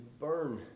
burn